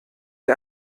ihr